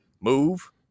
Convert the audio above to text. move